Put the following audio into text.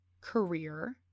career